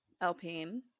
Alpine